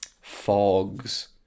fogs